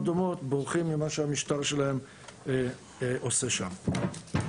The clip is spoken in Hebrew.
דומות בורחים ממה שהמשטר שלהם עושה שם.